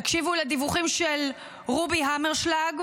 תקשיבו לדיווחים של רובי המרשלג,